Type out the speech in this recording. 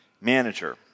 manager